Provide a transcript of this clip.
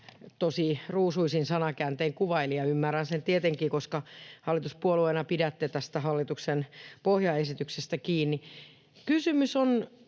tosi ruusuisin sanakääntein kuvaili, ja ymmärrän sen tietenkin, koska hallituspuolueena pidätte tästä hallituksen pohjaesityksestä kiinni. Kysymys on